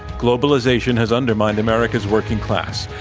globalization has undermined america's working class.